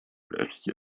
wreszcie